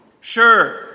sure